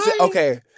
Okay